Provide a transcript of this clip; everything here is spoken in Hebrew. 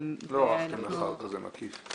לא ערכתם מחקר כזה מקיף.